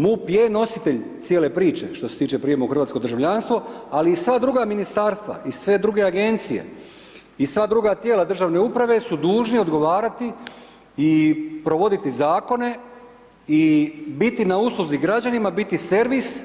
MUP je nositelj cijele priče što se tiče prijema u hrvatsko državljanstvo ali i sva druga ministarstva i sve druge agencije i sva druga tijela državne uprave su dužni odgovarati i provoditi zakone i biti na usluzi građanima, biii servis